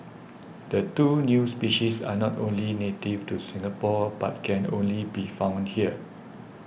the two new species are not only native to Singapore but can only be found here